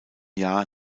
jahr